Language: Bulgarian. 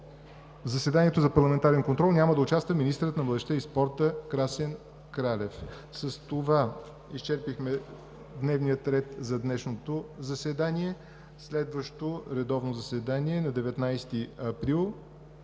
в заседанието за парламентарен контрол няма да участва министърът на младежта и спорта Красен Кралев. С това изчерпахме дневния ред за днешното заседание. Следващото редовно заседание – на 19 април